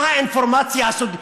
מה האינפורמציה הזאת?